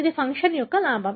ఇది ఫంక్షన్ యొక్క లాభం